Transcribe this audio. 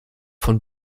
von